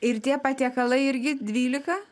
ir tie patiekalai irgi dvylika